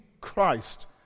Christ